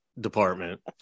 department